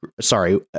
Sorry